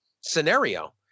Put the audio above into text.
scenario